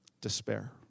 Despair